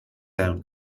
and